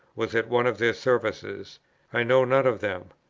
was at one of their services i know none of them,